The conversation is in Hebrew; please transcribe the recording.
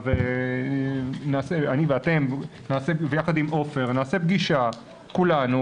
שאני ואתם נעשה ביחד עם עופר פגישה כולנו